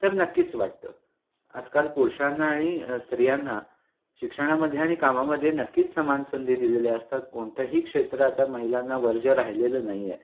तर नक्कीच वाटतं आजकाल पुरुषांना आणि स्त्रियांना शिक्षणामध्ये आणि कामामध्ये नक्कीच समान संधी दिलेल्या असतात कोणतंही क्षेत्र आता महिलांना वर्ज्य राहिलेलं नाही आहे